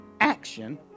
action